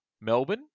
Melbourne